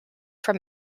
from